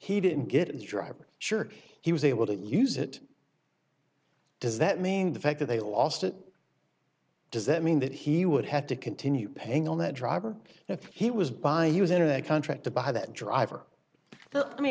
he didn't get in the driver's shirt he was able to use it does that mean the fact that they lost it does that mean that he would have to continue paying on that driver if he was by he was in a contract to buy that driver but me